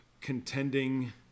contending